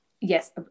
yes